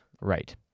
Right